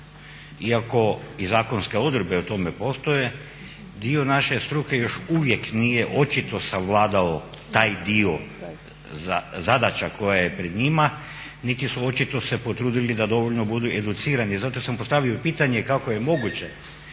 Iako i zakonske o tome postoje, dio naše struke još uvijek nije očito savladao taj dio zadaća koja je pred njima niti su očito se potrudili da dovoljno budu educirani. Zato sam postavio pitanje kako je moguće